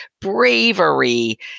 bravery